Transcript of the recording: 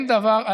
אני אפתיע אותך.